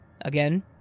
Again